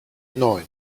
neun